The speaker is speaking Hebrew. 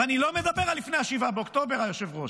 ואני לא מדבר על לפני 7 באוקטובר, היושב-ראש,